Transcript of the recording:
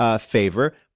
favor